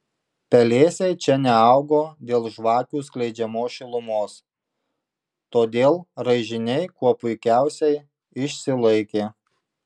pelėsiai čia neaugo dėl žvakių skleidžiamos šilumos todėl raižiniai kuo puikiausiai išsilaikė